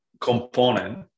component